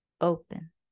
open